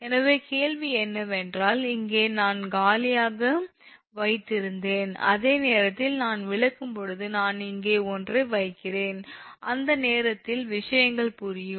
எனவே கேள்வி என்னவென்றால் இங்கே நான் காலியாக வைத்திருந்தேன் அந்த நேரத்தில் நான் விளக்கும்போது நான் இங்கே ஒன்றை வைக்கிறேன் அந்த நேரத்தில் விஷயங்கள் புரியும்